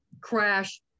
crash